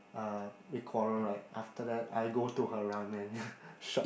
uh they quarrel right after that I go to her ramen shop